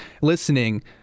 Listening